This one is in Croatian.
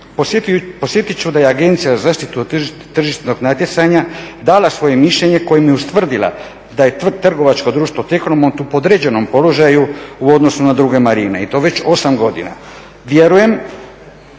Podsjetit ću da je Agencija za zaštitu tržišnog natjecanja dala svoje mišljenje kojim je ustvrdila da je trgovačko društvo "Tehnomont" u podređenom položaju u odnosu na druge marine i to već 8 godina. Vjerujem,